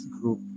group